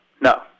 no